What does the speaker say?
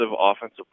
offensive